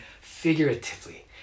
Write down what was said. figuratively